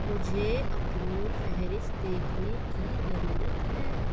مجھے اپنی فہرست دیکھنے کی ضرورت ہے